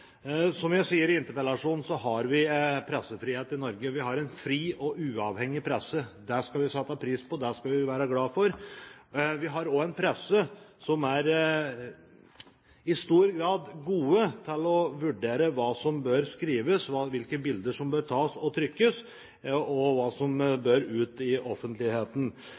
Som jeg sier i interpellasjonen, så har vi pressefrihet i Norge. Vi har en fri og uavhengig presse. Det skal vi sette pris på, og det skal vi være glad for. Vi har også en presse som i stor grad er gode til å vurdere hva som bør skrives, hvilke bilder som bør tas og trykkes, og hva som bør ut i offentligheten.